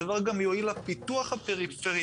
הדבר גם יועיל לפיתוח הפריפריאלי.